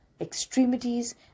extremities